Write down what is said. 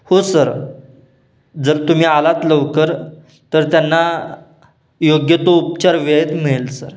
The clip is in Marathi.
हो सर जर तुम्ही आलात लवकर तर त्यांना योग्य तो उपचार वेळेत मिळेल सर